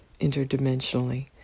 interdimensionally